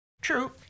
True